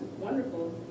wonderful